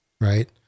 right